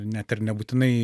net ir nebūtinai